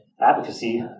advocacy